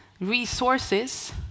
resources